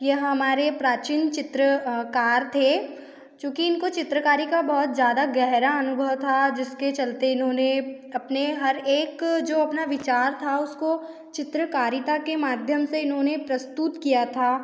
यह हमारे प्राचीन चित्र कार थे चूँकि इनको चित्रकारी बहुत ज़्यादा गहरा अनुभव था जिसके चलते इन्होंने अपने हर एक जो अपना विचार था उसको चित्रकारिता के माध्यम से इन्होंने प्रस्तुत किया था